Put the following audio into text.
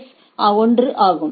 S 1 ஆகும்